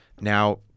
now